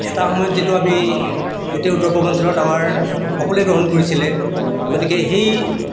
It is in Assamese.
এটা সময়ত যিটো আমি গোটেই উত্তৰ পূৰ্বাঞ্চলত আমাৰ সকলোৱে গ্ৰহণ কৰিছিলে গতিকে সেই